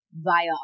via